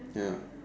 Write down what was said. ya